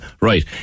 Right